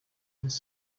this